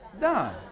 Done